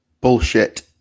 Bullshit